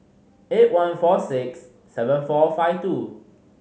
eight one four six seven four five two